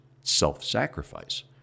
self-sacrifice